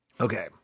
Okay